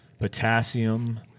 potassium